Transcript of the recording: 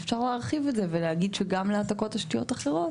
אפשר להרחיב את זה ולהגיד שגם להעתקות של תשתיות אחרות,